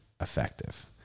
effective